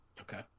Okay